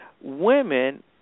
Women